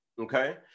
Okay